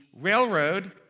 railroad